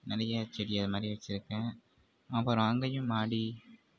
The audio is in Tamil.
மல்லிகை செடி அது மாதிரி வச்சுருக்கேன் அப்புறம் அங்கேயும் மாடி